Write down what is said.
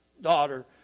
daughter